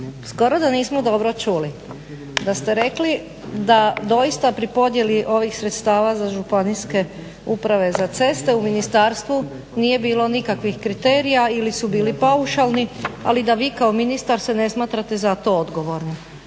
skoro da nismo dobro čuli da ste rekli da doista pri podjeli ovih sredstava za županijske uprave za ceste u ministarstvu nije bilo nikakvih kriterija ili su bili paušalni ali da vi kao ministar se ne smatrate za to odgovornim.